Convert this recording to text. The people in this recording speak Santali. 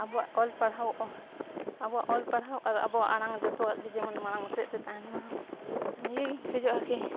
ᱟᱵᱚᱣᱟᱜ ᱚᱞ ᱯᱟᱲᱦᱟᱣᱚᱜᱼᱟ ᱟᱵᱚᱣᱟᱜ ᱚᱞ ᱯᱟᱲᱦᱟᱣ ᱟᱨ ᱟᱵᱚᱣᱟᱜ ᱟᱲᱟᱝ ᱡᱚᱛᱚᱣᱟᱜ ᱜᱮ ᱡᱮᱢᱚᱱ ᱢᱟᱲᱟᱝ ᱥᱮᱫ ᱛᱟᱦᱮᱱᱼᱢᱟ ᱱᱤᱭᱟᱹᱜᱤᱧ ᱠᱷᱚᱡᱚᱜᱼᱟ ᱠᱤ